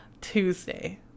Tuesday